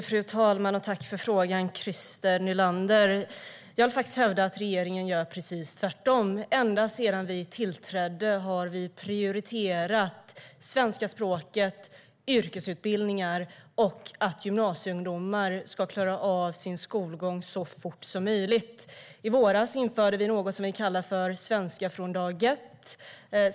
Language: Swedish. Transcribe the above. Fru talman! Tack för frågan, Christer Nylander! Jag vill faktiskt hävda att regeringen gör precis tvärtom. Ända sedan vi tillträdde har vi prioriterat svenska språket, yrkesutbildningar och att gymnasieungdomar ska klara av sin skolgång så fort som möjligt. I våras införde vi något som vi kallar för svenska från dag ett.